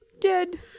Dead